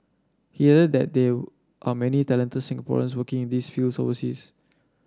he added that there are many talented Singaporeans working in these fields overseas